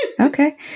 Okay